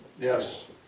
Yes